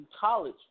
college